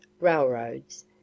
railroads